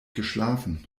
geschlafen